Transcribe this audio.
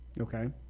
Okay